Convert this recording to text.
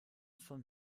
vom